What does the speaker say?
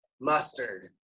Mustard